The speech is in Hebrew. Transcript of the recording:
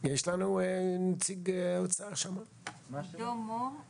היא כבר נכנסה לתוך תוכניות העבודה של היחידות העירוניות